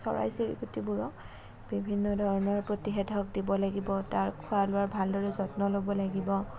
চৰাই চিৰিকটিবোৰক বিভিন্ন ধৰণৰ প্ৰতিষেধক দিব লাগিব তাৰ খোৱা লোৱাৰ ভালদৰে যত্ন ল'ব লাগিব